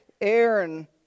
Aaron